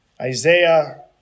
Isaiah